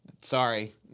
Sorry